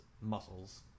muscles